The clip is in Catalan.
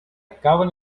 caben